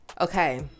Okay